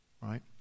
Right